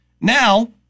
Now